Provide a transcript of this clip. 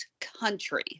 country